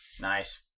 nice